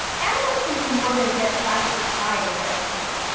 animals can do more than get scientists high with their excrement.